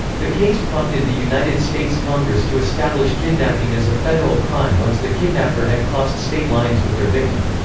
the case prompted the united states congress to establish kidnapping as a federal crime once the kidnapper had crossed state lines with their victim.